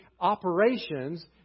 operations